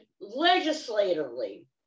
legislatively